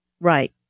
Right